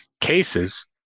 cases